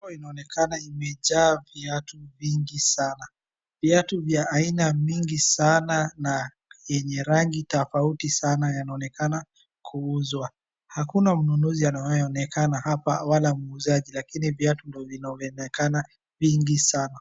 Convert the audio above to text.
Hapa inaonekana imejaa viatu vingi sana . Viatu vya aina mingi sana na yenye rangi tofauti sana yanaonekana kuuzwa. Hakuna mnuuzi anayeonekena hapa wala muuzaji lakini viatu ndo vinaonekana vingi sana.